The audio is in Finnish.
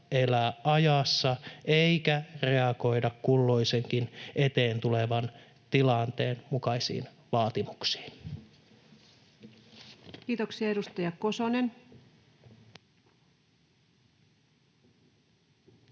elää ajassa eikä reagoida kulloisenkin eteen tulevan tilanteen mukaisiin vaatimuksiin. [Speech 282] Speaker: